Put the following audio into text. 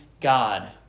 God